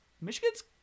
Michigan's